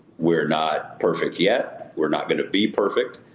we're not perfect yet. we're not going to be perfect.